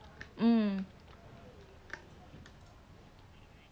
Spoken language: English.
to to work he he he said you can go back right